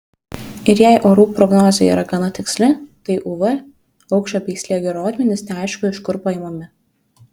ir jei orų prognozė yra gana tiksli tai uv aukščio bei slėgio rodmenys neaišku iš kur paimami